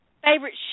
Favorite